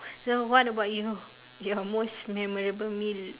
so what about you your most memorable meal